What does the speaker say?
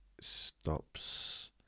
stops